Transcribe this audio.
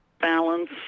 balance